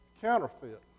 counterfeit